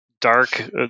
dark